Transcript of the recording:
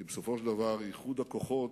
כי בסופו של דבר איחוד הכוחות,